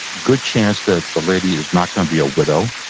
good chance that the lady is not going to be a widow.